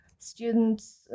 students